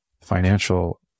financial